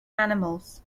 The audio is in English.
animals